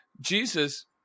Jesus